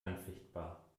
anfechtbar